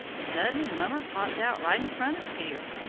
suddenly mummer popped out right in front of peter,